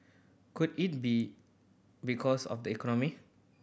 could it be because of the economy